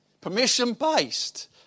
permission-based